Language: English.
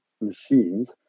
machines